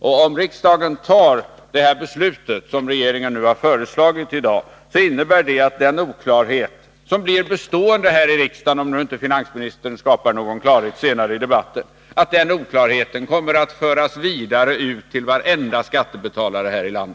Och om riksdagen i dag fattar det beslut som regeringen har föreslagit, innebär det att den oklarhet som blir bestående här i riksdagen om inte finansministern skapar klarhet senare i debatten, kommer att föras vidare ut till varenda skattebetalare i detta land.